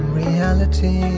reality